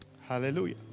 Hallelujah